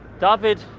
David